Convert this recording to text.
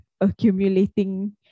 accumulating